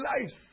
lives